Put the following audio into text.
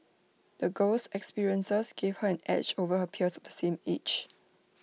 the girl's experiences gave her an edge over her peers of the same age